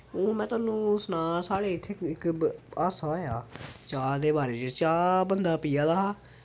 हून में तोआनू सनां साढ़े इत्थें इक हादसा होएआ चाह् दे बारे च चाह् बंदा पियै दा हा